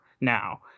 now